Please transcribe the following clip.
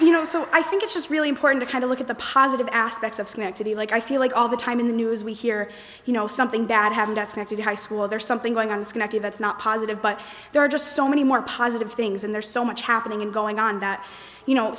you know so i think it's just really important to kind of look at the positive aspects of sneck to be like i feel like all the time in the news we hear you know something bad happened at stanford high school there's something going on it's connected that's not positive but there are just so many more positive things and there's so much happening and going on that you know